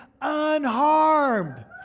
unharmed